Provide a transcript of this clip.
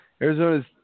Arizona's